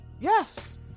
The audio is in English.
Yes